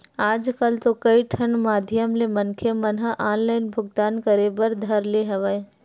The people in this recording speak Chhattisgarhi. आजकल तो कई ठन माधियम ले मनखे मन ह ऑनलाइन भुगतान करे बर धर ले हवय